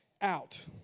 out